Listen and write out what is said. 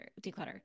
declutter